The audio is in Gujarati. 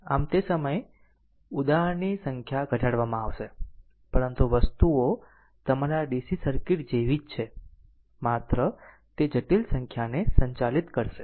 આમ તે સમયે ઉદાહરણની સંખ્યા ઘટાડવામાં આવશે પરંતુ વસ્તુઓ તમારા DC સર્કિટ જેવી જ છે માત્ર તે જટિલ સંખ્યાને સંચાલિત કરશે